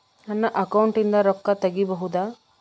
ನನ್ನ ಅಕೌಂಟಿಂದ ರೊಕ್ಕ ತಗಿಬಹುದಾ?